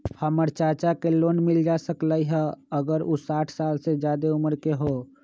हमर चाचा के लोन मिल जा सकलई ह अगर उ साठ साल से जादे उमर के हों?